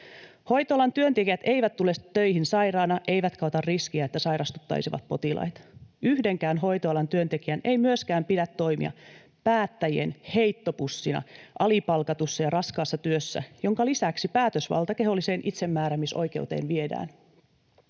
Hoitoalan työntekijät eivät tule töihin sairaana eivätkä ota riskiä, että sairastuttaisivat potilaita. Yhdenkään hoitoalan työntekijän ei myöskään pidä toimia päättäjien heittopussina alipalkatussa ja raskaassa työssä, minkä lisäksi päätösvalta keholliseen itsemääräämisoikeuteen viedään.